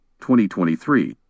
2023